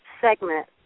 segment